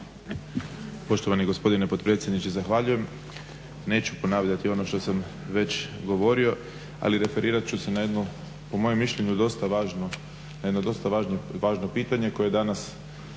Poštovani gospodine potpredsjedniče zahvaljujem. Neću ponavljati ono što sam već govorio, ali referirat ću se na jedno po mojem mišljenju dosta važno pitanje koje je danas